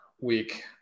week